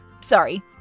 Sorry